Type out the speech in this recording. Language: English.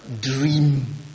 dream